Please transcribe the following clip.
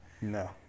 No